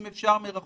אם אפשר מרחוק,